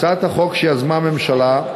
הצעת החוק, שיזמה הממשלה,